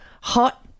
hot